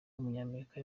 w’umunyamerika